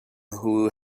who